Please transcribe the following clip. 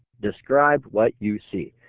describe what you see.